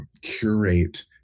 curate